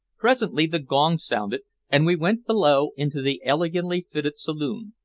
presently the gong sounded, and we went below into the elegantly fitted saloon,